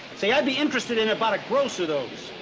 say, i'd be interested in about a gross of those.